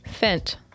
Fent